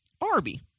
Arby